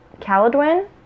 Caladwin